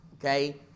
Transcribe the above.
okay